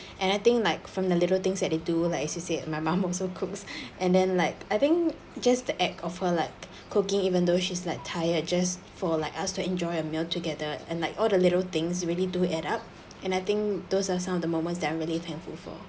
and I think like from the little things that they do like as you said my mom also cooks and then like I think just the act of her like cooking even though she's like tired just for like us to enjoy a meal together and like all the little things really do add up and I think those are some of the moments that I'm really thankful for